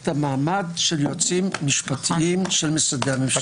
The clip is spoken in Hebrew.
את המעמד של יועצים משפטיים של משרדי הממשלה.